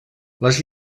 les